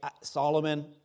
Solomon